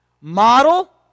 Model